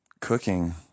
cooking